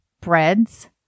breads